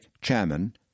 Chairman